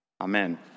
Amen